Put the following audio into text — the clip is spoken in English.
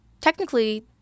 technically